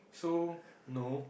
so no